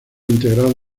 integrado